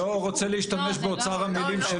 אני לא רוצה להשתמש באוצר המילים של